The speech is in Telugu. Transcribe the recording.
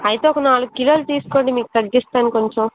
అయితే ఒక నాలుగు కిలోలు తీసుకోండి మీకు తగ్గిస్తాను కొంచెం